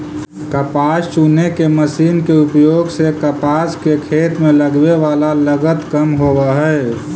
कपास चुने के मशीन के उपयोग से कपास के खेत में लगवे वाला लगत कम होवऽ हई